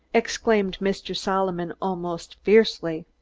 exclaimed mr. solomon almost fiercely.